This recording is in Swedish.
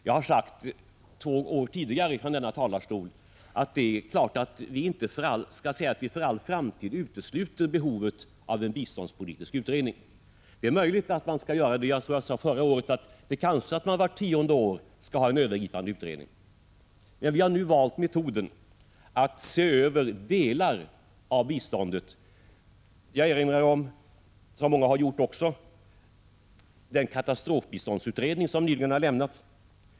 Jag har två år tidigare sagt från denna talarstol att vi naturligtvis inte skall hävda att vi för all framtid utesluter behovet av en biståndspolitisk utredning. Jag tror att det var förra året jag sade att man kanske vart tionde år bör ha en övergripande utredning, men vi har nu valt metoden att se över delar av biståndet. Som många andra talare också har gjort erinrar jag om den katastrofbiståndsutredning som nyligen har avlämnats.